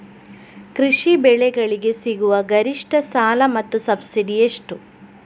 ಕೃಷಿ ಬೆಳೆಗಳಿಗೆ ಸಿಗುವ ಗರಿಷ್ಟ ಸಾಲ ಮತ್ತು ಸಬ್ಸಿಡಿ ಎಷ್ಟು?